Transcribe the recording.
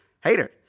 hater